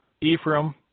Ephraim